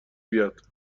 بیاد